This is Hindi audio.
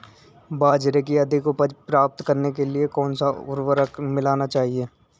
बाजरे की अधिक उपज प्राप्त करने के लिए कौनसा उर्वरक मिलाना चाहिए?